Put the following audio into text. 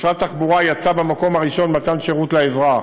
משרד התחבורה יצא במקום הראשון במתן שירות לאזרח,